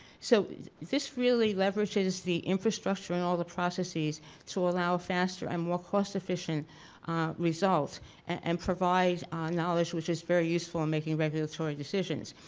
so this really leverages the infrastructure and all the processes to allow faster and more cost-efficient results and provide knowledge which is very useful in and making regulatory decisions.